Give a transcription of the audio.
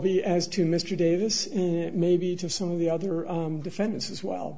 be as to mr davis maybe to some of the other defendants as well